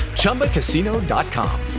ChumbaCasino.com